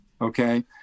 okay